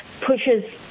pushes